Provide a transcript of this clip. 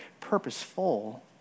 purposeful